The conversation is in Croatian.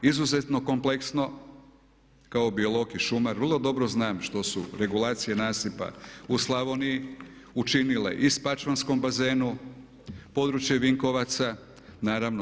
Izuzetno kompleksno kao bilog i šumar vrlo dobro znam što su regulacije nasipa u Slavoniji učinile i spačvanskom bazenu, područje Vinkovaca naravno.